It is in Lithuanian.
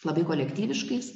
labai kolektyviškais